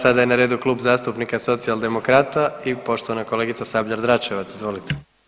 Sada je na redu Klub zastupnika socijaldemokrata i poštovana kolegica Sabljar-Dračevac, izvolite.